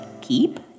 keep